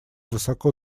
высоко